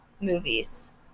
movies